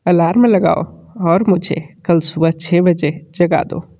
alarm लगाओ और मुझे कल सुबह छः बजे जगा दो